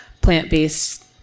plant-based